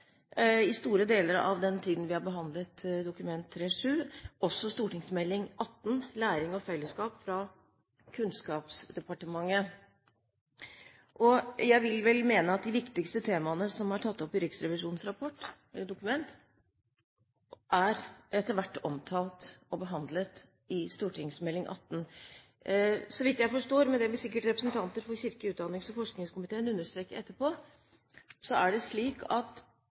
i store deler av den tiden vi har behandlet Dokument 3:7, også Meld. St. 18, Læring og fellesskap, fra Kunnskapsdepartementet. Og jeg vil vel mene at de viktigste temaene som er tatt opp i Riksrevisjonens dokument, etter hvert er omtalt og behandlet i Meld. St. 18. Så vidt jeg forstår, men det vil sikkert representanter for kirke-, utdannings- og forskningskomiteen understreke etterpå, er det slik at